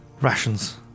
rations